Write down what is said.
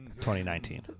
2019